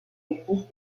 existe